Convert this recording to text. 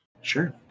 Sure